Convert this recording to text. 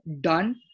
done